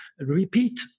repeat